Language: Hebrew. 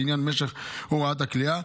לעניין משך הוראת הכליאה,